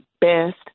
best